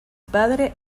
padre